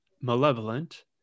Malevolent